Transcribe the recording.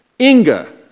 Inga